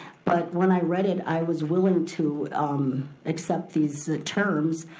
but when i read it, i was willing to um accept these terms,